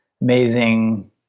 amazing